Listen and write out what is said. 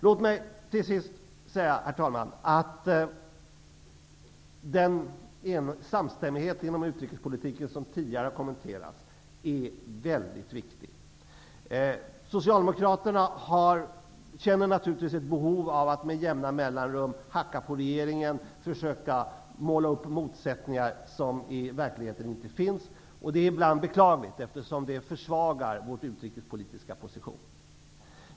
Låt mig till sist säga, herr talman, att den samstämmighet om utrikespolitiken som tidigare kommenterats är mycket viktig. Socialdemokraterna känner naturligtvis ett behov av att med jämna mellanrum hacka på regeringen och försöka måla upp motsättningar som i verkligheten inte finns, och det är ibland beklagligt, eftersom det försvagar vår utrikespolitiska situation.